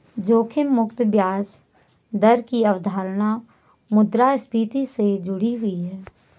जोखिम मुक्त ब्याज दर की अवधारणा मुद्रास्फति से जुड़ी हुई है